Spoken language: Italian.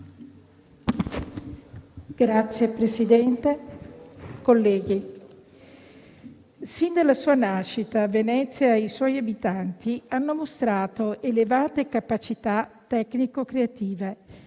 Signor Presidente, colleghi, sin dalla sua nascita Venezia e i suoi abitanti hanno mostrato elevate capacità tecnico-creative,